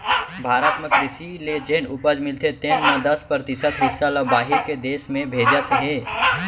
भारत म कृसि ले जेन उपज मिलथे तेन म दस परतिसत हिस्सा ल बाहिर के देस में भेजत हें